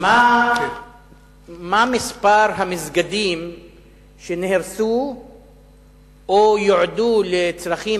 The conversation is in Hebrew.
מה מספר המסגדים שנהרסו או יועדו לצרכים